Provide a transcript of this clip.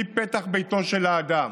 מפתח ביתו של האדם